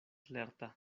lerta